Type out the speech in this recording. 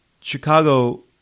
Chicago